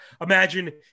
imagine